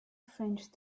french